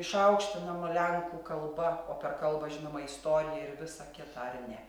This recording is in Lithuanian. išaukštinama lenkų kalba o per kalbą žinoma istorija ir visa kita ar ne